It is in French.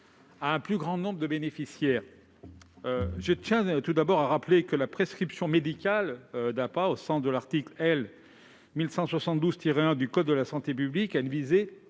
de la prescription médicale d'APA. Je tiens tout d'abord à rappeler que la prescription médicale d'APA au sens de l'article L. 1172-1 du code de la santé publique a une visée